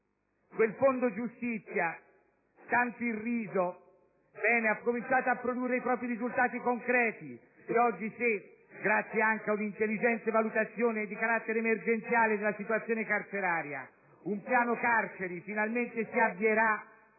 Il Fondo giustizia, tanto irriso, ha cominciato a produrre i propri risultati concreti e oggi se, grazie anche ad un'intelligente valutazione di carattere emergenziale della situazione carceraria, un Piano carceri finalmente si avvierà,